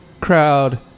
crowd